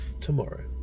tomorrow